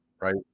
right